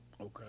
Okay